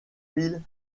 mille